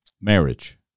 marriage